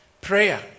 Prayer